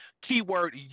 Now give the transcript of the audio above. keyword